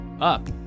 up